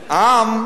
"העם",